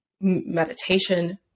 meditation